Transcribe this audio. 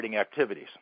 activities